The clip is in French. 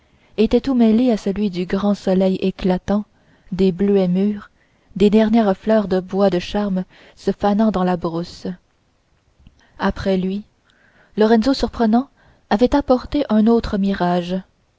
était tout mêlé à celui du grand soleil éclatant des bleuets mûrs des dernières fleurs de bois de charme se fanant dans la brousse après lui lorenzo surprenant avait apporté un autre mirage